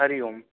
हरिः ओम्